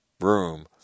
room